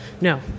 No